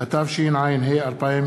ההצעה תוחזר לוועדת הכספים, שממנה היא באה.